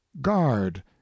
guard